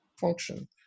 function